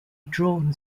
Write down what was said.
drawn